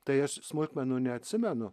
tai aš smulkmenų neatsimenu